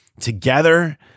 together